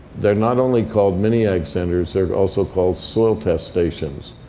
they're not only called mini-ag centers. they're also called soil test stations.